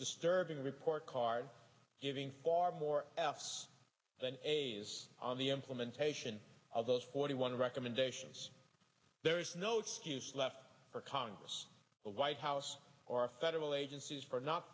disturbing report card giving far more f s than is on the implement haitien of those forty one recommendations there is no excuse left for congress the white house or federal agencies for not